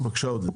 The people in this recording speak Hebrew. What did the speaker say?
בבקשה, עודד.